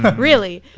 but really.